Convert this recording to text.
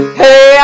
hey